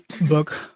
book